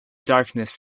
darkness